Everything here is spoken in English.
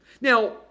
Now